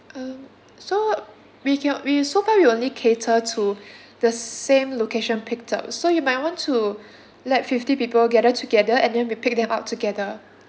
um so we can so far we only cater to the same location picked up so you might want to let fifty people gather together and then we pick them up together